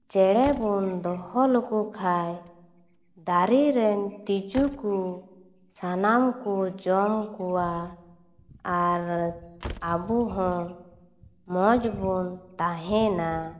ᱪᱮᱬᱮ ᱵᱚᱱ ᱫᱚᱦᱚ ᱞᱮᱠᱚ ᱠᱷᱟᱱ ᱫᱟᱨᱮ ᱨᱮᱱ ᱛᱤᱡᱩ ᱠᱚ ᱥᱟᱱᱟᱢ ᱠᱚ ᱡᱚᱢ ᱠᱚᱣᱟ ᱟᱨ ᱟᱵᱚ ᱦᱚᱸ ᱢᱚᱡᱽ ᱵᱚᱱ ᱛᱟᱦᱮᱱᱟ